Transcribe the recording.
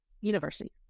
university